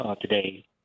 today